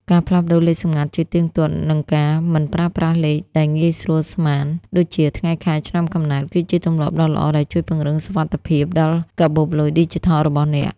ការផ្លាស់ប្តូរលេខសម្ងាត់ ជាទៀងទាត់ និងការមិនប្រើប្រាស់លេខដែលងាយស្រួលស្មាន (ដូចជាថ្ងៃខែឆ្នាំកំណើត) គឺជាទម្លាប់ដ៏ល្អដែលជួយពង្រឹងសុវត្ថិភាពដល់កាបូបលុយឌីជីថលរបស់អ្នក។